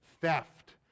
theft